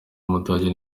w’umudage